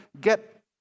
get